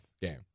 game